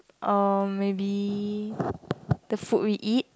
uh maybe the food we eat